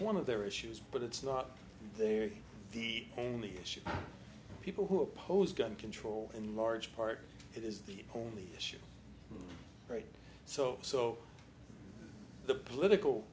one of their issues but it's not their only issue people who oppose gun control in large part it is the whole issue right so so the political